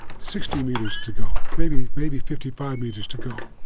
sixty meters to go, maybe maybe fifty five meters to go,